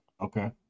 Okay